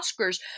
Oscars